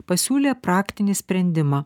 pasiūlė praktinį sprendimą